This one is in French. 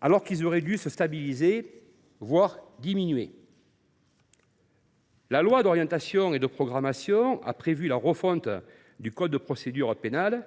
alors qu’ils auraient dû se stabiliser, voire diminuer. La loi d’orientation et de programmation du ministère de la justice prévoit la refonte du code de procédure pénale,